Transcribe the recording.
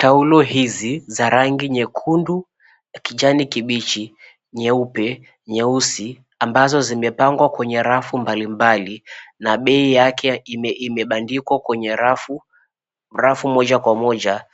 Taulo hizi za rangi nyekundu, kijani kibichi, nyeupe, nyeusi ambazo zimepangwa kwenye rafu mbalimbali na bei yake imebandikwa kwenye rafu moja kwa moja